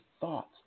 thoughts